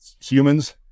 humans